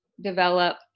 develop